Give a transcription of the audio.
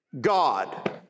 God